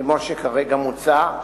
כמו שכרגע מוצע,